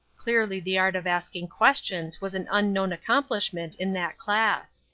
clearly the art of asking questions was an unknown accomplishment in that class.